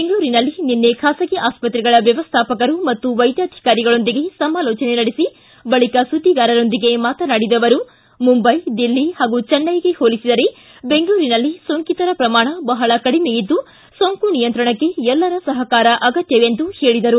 ಬೆಂಗಳೂರಿನಲ್ಲಿ ನಿನ್ನೆ ಖಾಸಗಿ ಆಸ್ತ್ರೆಗಳ ವ್ಯವಸ್ಥಾಪಕರು ಮತ್ತು ವೈದ್ಯಾಧಿಕಾರಿಗಳೊಂದಿಗೆ ಸಮಾಲೋಚನೆ ನಡೆಸಿ ಬಳಿಕ ಸುದ್ದಿಗಾರರೊಂದಿಗೆ ಮಾತನಾಡಿದ ಅವರು ಮುಂಬೈ ದಿಲ್ಲಿ ಹಾಗೂ ಚೆನ್ನೈಗೆ ಹೋಲಿಸಿದರೆ ಬೆಂಗಳೂರಿನಲ್ಲಿ ಸೊಂಕಿತರ ಪ್ರಮಾಣ ಬಹಳ ಕಡಿಮೆ ಇದ್ದು ಸೋಂಕು ನಿಯಂತ್ರಣಕ್ಕೆ ಎಲ್ಲರ ಸಹಕಾರ ಅಗತ್ತ ಎಂದು ಹೇಳಿದರು